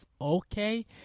okay